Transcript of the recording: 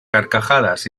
carcajadas